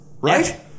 Right